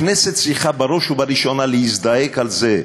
הכנסת צריכה בראש ובראשונה להזדעק על זה.